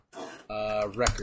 record